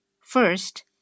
First